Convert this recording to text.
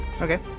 okay